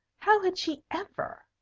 how had she ever